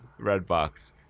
Redbox